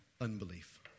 unbelief